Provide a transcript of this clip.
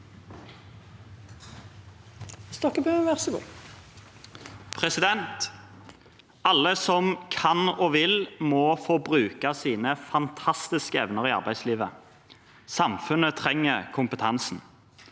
Alle som kan og vil må få bruke sine fantastiske evner i arbeidslivet. Samfunnet trenger kompetansen.